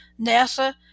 NASA